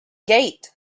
gate